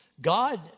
God